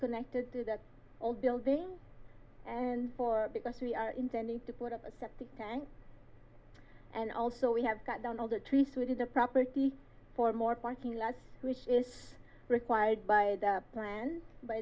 connected to the whole building and or because we are intending to put up a septic tank and also we have cut down all the trees through the property for more parking lots which is required by